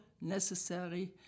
necessary